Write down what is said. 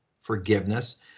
forgiveness